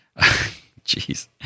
Jeez